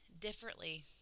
differently